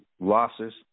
losses